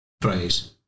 phrase